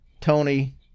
Tony